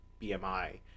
BMI